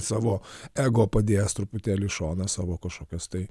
savo ego padėjęs truputėlį į šoną savo kažkokias tai